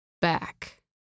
back